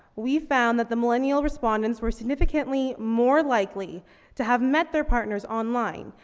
we found that the millennial respondents were significantly more likely to have met their partners online,